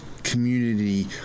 community